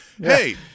Hey